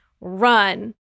Run